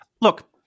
Look